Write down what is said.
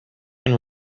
and